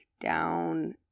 down